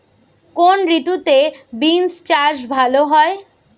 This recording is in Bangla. কোন ঋতুতে বিন্স চাষ ভালো হয়?